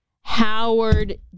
Howard